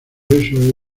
eso